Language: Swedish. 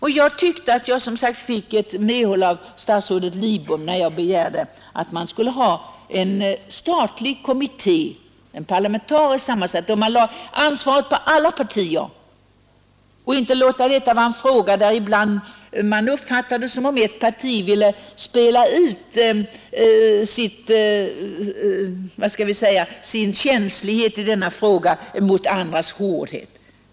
Men jag tyckte som sagt att jag fick medhåll av statsrådet Lidbom när jag begärde att det skulle tillsättas en parlamentariskt sammansatt kommitté, varigenom ansvaret lades på alla partier. Man bör inte låta detta vara en fråga där det ibland kan förefalla som om det ena partiet ville spela ut sin ”känslighet” mot andras hårdhet.